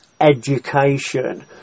education